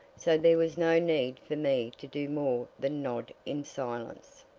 so there was no need for me to do more than nod in silence.